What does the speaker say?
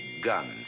gun